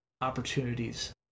opportunities